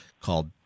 called